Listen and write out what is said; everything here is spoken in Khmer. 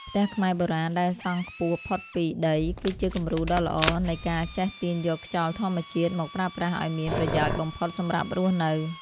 ផ្ទះខ្មែរបុរាណដែលសង់ខ្ពស់ផុតពីដីគឺជាគំរូដ៏ល្អនៃការចេះទាញយកខ្យល់ធម្មជាតិមកប្រើប្រាស់ឱ្យមានប្រយោជន៍បំផុតសម្រាប់រស់នៅ។